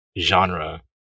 genre